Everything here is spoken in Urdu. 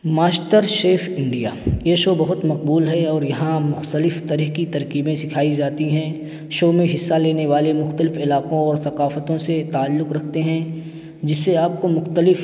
ماسٹر شیف انڈیا یہ شو بہت مقبول ہے اور یہاں مختلف طرح کی ترکیبیں سکھائی جاتی ہیں شو میں حصہ لینے والے مختلف علاقوں اور ثقافتوں سے تعلق رکھتے ہیں جس سے آپ کو مختلف